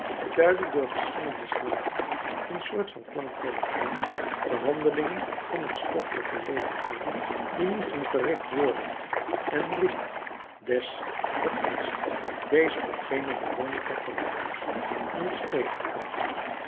duidde door verschillende slagen een soort van klank telegraaf de handelingen van het stoffelijke leven aan die moesten verricht worden en riep des vereischt deze of gene bewoonster van het huis in het